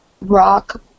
rock